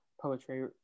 poetry